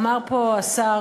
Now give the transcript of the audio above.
אמר פה השר,